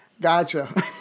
Gotcha